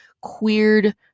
queered